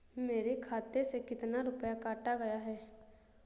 मेरे खाते से कितना रुपया काटा गया है?